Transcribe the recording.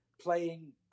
playing